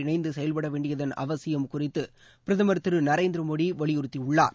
இணைந்தசெயல்படவேண்டியதன் அவசியம் குறித்தபிரதமர் நரேந்திரமோடிவலியுறத்தியுள்ளார்